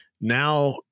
now